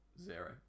zero